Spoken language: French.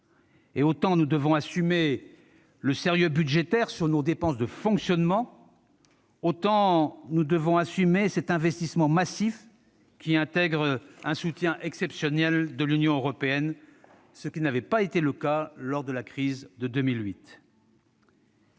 Autant nous devons assumer le sérieux budgétaire en ce qui concerne nos dépenses de fonctionnement, autant nous devons assumer également cet investissement massif, qui bénéficie d'un soutien exceptionnel de l'Union européenne, ce qui n'avait pas été le cas lors de la crise de 2008.